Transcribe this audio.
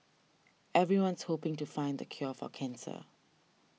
everyone's hoping to find the cure for cancer